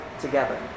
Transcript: together